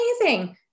amazing